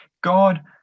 God